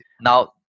Now